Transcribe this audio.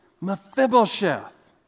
Mephibosheth